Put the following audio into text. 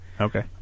Okay